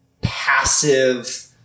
passive